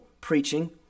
preaching